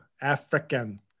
African